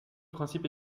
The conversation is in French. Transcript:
principe